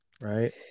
right